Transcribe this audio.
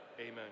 amen